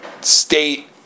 state